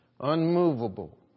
Unmovable